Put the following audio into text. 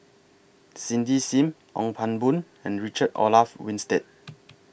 Cindy SIM Ong Pang Boon and Richard Olaf Winstedt